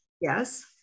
yes